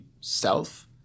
self